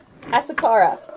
Asakara